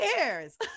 cares